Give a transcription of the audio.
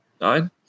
nine